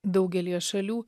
daugelyje šalių